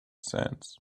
sands